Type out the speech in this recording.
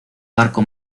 barco